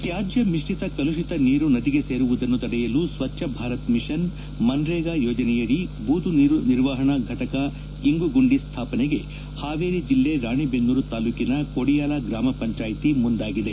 ತ್ಯಾಜ್ಯ ಮಿಶ್ರಿತ ಕಲುಷಿತ ನೀರು ನದಿಗೆ ಸೇರುವುದನ್ನು ತಡೆಯಲು ಸ್ವಚ್ಯ ಭಾರತ ಮಿಷನ್ ಮನ್ರೇಗಾ ಯೋಜನೆಯಡಿ ಬೂದು ನೀರು ನಿರ್ವಹಣಾ ಘಟಕ ಇಂಗು ಗುಂಡಿ ಸ್ಲಾಪನೆಗೆ ಹಾವೇರಿ ಜಿಲ್ಲೆ ರಾಣೆಬೆನ್ನೂರು ತಾಲ್ಲೂಕಿನ ಕೊಡಿಯಾಲ ಗ್ರಾಮ ಪಂಚಾಯ್ತಿ ಮುಂದಾಗಿದೆ